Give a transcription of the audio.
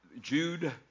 Jude